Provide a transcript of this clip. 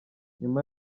nyuma